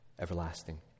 everlasting